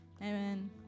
Amen